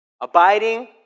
Abiding